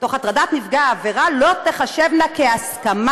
תוך הטרדת נפגע העבירה לא תיחשבנה כהסכמה",